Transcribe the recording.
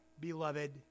beloved